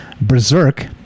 berserk